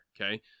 okay